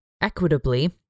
equitably